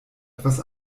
etwas